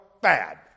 bad